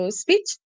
speech